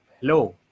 Hello